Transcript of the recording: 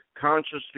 consciously